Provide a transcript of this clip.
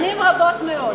שנים רבות מאוד.